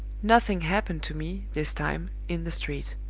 nothing happened to me, this time, in the street.